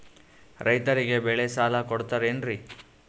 ರೈತರಿಗೆ ಬೆಳೆ ಸಾಲ ಕೊಡ್ತಿರೇನ್ರಿ?